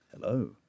Hello